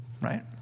right